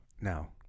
now